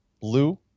blue